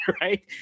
right